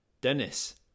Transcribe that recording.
dennis